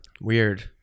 Weird